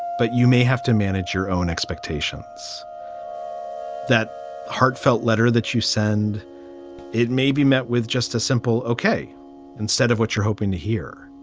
but you may have to manage your own expectations that heartfelt letter that you send it may be met with just a simple ok instead of what you're hoping to hear.